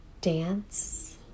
dance